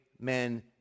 men